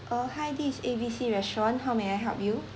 uh hi this is A B C restaurant how may I help you